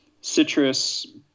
citrus